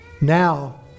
Now